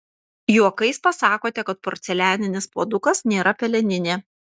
juokais pasakote kad porcelianinis puodukas nėra peleninė